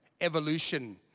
evolution